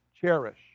cherish